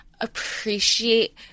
appreciate